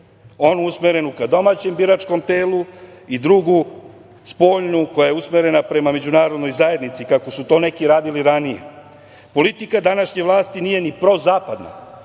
onu usmerenu ka domaćem biračkom telu i drugu, spoljnu koja je usmerena prema međunarodnoj zajednici, kako su to neki radili ranije. Politika današnje vlasti nije ni prozapadna,